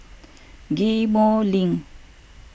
Ghim Moh Link